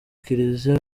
kiliziya